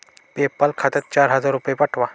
PayPal खात्यात चार हजार रुपये पाठवा